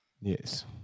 Yes